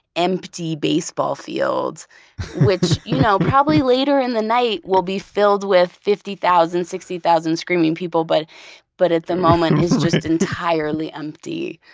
empty baseball field which, you know, probably later in the night will be filled with fifty thousand, sixty thousand screaming people, but but at the moment, is just entirely empty.